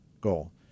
goal